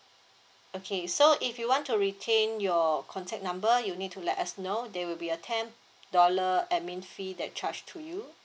okay so if you want to retain your contact number you need to let us know there will be a ten dollar administration fee that charged to you